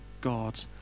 God